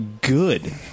good